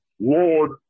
Lord